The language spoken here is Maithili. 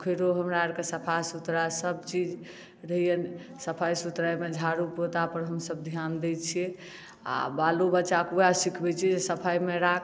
पोखैरो हमराअरके सफा सुथरा सबचीज रहैए सफाइ सुथरामे झाड़ू पोछापर हमसब ध्यान दै छियै आओर बालो बच्चाके वएह सिखबै छियै जे सफाइमे राख